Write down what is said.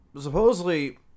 supposedly